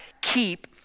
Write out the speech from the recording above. keep